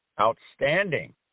outstanding